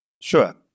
Sure